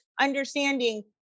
understanding